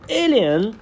alien